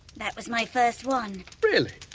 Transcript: that was my first one. really?